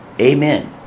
Amen